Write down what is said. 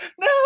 no